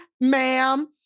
ma'am